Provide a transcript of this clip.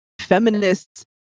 feminists